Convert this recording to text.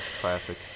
Classic